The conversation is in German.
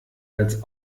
als